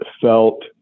felt